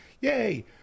yay